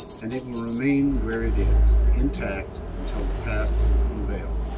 and it will remain where it is, intact, until the past is unveiled.